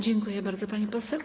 Dziękuję bardzo, pani poseł.